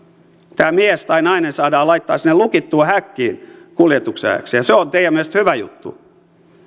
se mies tai nainen saadaan laittaa sinne lukittuun häkkiin kuljetuksen ajaksi ja se on teidän mielestänne hyvä juttu